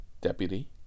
deputy